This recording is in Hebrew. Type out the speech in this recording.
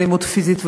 אלימות פיזית,